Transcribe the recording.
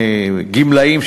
גמלאים,